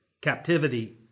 captivity